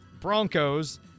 Broncos